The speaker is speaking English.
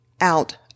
out